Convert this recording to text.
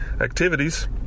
activities